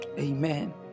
amen